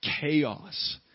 chaos